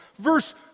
Verse